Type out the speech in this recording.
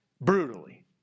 Brutally